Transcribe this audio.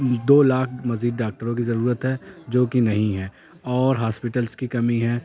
دو لاکھ مزید ڈاکٹروں کی ضرورت ہے جو کہ نہیں ہے اور ہاسپیٹلس کی کمی ہے